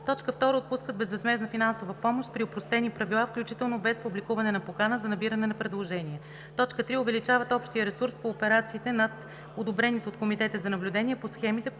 помощ; 2. отпускат безвъзмездна финансова помощ при опростени правила, включително без публикуване на покана за набиране на предложения; 3. увеличат общия ресурс по операциите над одобрените от комитета за наблюдение по схемите,